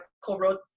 co-wrote